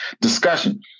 discussion